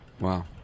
Wow